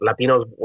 Latinos